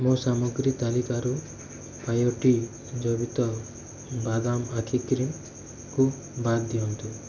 ମୋ ସାମଗ୍ରୀ ତାଲିକାରୁ ବାୟୋଟିକ୍ ଜୈବିତ ବାଦାମ ଆଖି କ୍ରିମ୍କୁ ବାଦ୍ ଦିଅନ୍ତୁ